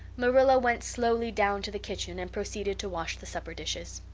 marilla went slowly down to the kitchen and proceeded to wash the supper dishes.